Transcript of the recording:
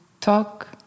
talk